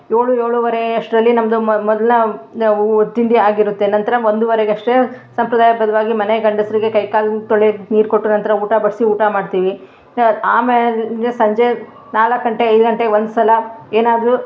ಏಳು ಏಳುವರೆ ಅಷ್ಟರಲ್ಲಿ ನಮ್ಮದು ಮೊದ್ಲು ನಾವು ತಿಂಡಿ ಆಗಿರುತ್ತೆ ನಂತರ ಒಂದೂವರೆಗಷ್ಟೇ ಸಂಪ್ರಾದಾಯ ಬದ್ದವಾಗಿ ಮನೆ ಗಂಡಸ್ರಿಗೆ ಕೈ ಕಾಲು ತೊಳೆಯೋಕ್ಕೆ ನೀರು ಕೊಟ್ಟ ನಂತರ ಊಟ ಬಡಿಸಿ ಊಟ ಮಾಡ್ತೀವಿ ಆಮೇಲೆ ಸಂಜೆ ನಾಲ್ಕು ಗಂಟೆ ಐದು ಗಂಟೆ ಒಂದುಸಲ ಏನಾದರೂ